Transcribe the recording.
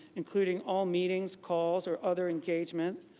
including all meetings, calls or other engagements,